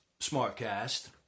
smartcast